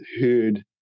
heard